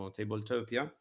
Tabletopia